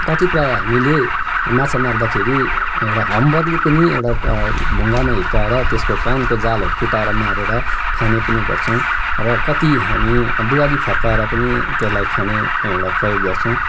कति प्राय हामीले माछा मार्दाखेरि एउटा हम्बरले पनि एउटा डर ढुङ्गामा हिर्काएर त्यसको कानको जाली फुटाएर मारेर खाने पनि गर्छौँ र कति हामी दुवाली फर्काएर पनि त्यलाई खाने एउटा प्रयोग गर्छौँ